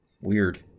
Weird